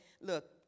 look